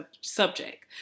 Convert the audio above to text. subject